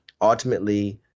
ultimately